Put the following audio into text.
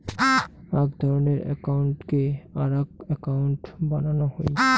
আক ধরণের একউন্টকে আরাক একউন্ট বানানো হই